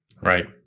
Right